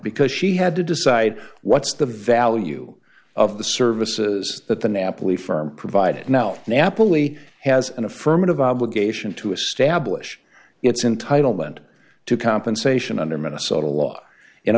because she had to decide what's the value of the services that the napoli firm provided now napoli has an affirmative obligation to establish it's in title meant to compensation under minnesota law in